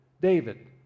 David